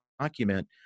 document